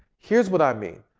here's what i mean.